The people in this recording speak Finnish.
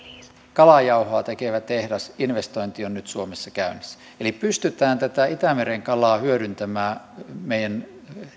kalajauhoa tekevän tehtaan investointi on nyt suomessa käynnissä eli pystytään tätä itämeren kalaa hyödyntämään meidän